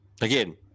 Again